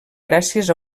gràcies